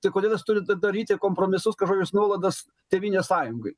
tai kodėl jis turi da daryti kompromisus kažkokias nuolaidas tėvynės sąjungai